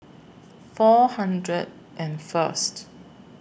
four hundred and First